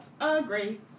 agree